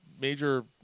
major